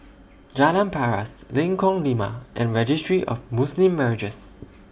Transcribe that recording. Jalan Paras Lengkong Lima and Registry of Muslim Marriages